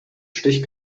stich